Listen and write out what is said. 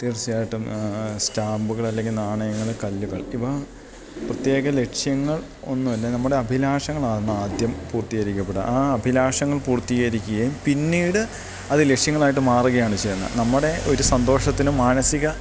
തീർച്ചയായിട്ടും സ്റ്റാമ്പുകൾ അല്ലെങ്കിൽ നാണയങ്ങൾ കല്ലുകൾ ഇവ പ്രത്യേക ലക്ഷ്യങ്ങൾ ഒന്നുമല്ല നമ്മുടെ അഭിലാഷങ്ങളാണ് നമ്മളാദ്യം പൂർത്തീകരിക്കേണ്ടത് ആ അഭിലാഷങ്ങൾ പൂർത്തീകരിക്കുകയും പിന്നീട് അത് ലക്ഷ്യങ്ങളായിട്ട് മാറുകയാണ് ചെയ്യുന്നത് നമ്മുടെ ഒരു സന്തോഷത്തിനും മാനസിക